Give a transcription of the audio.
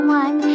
one